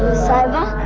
sahiba,